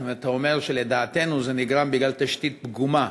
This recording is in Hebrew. אתה אומר: לדעתנו זה נגרם בגלל תשתית פגומה.